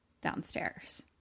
downstairs